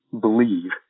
believe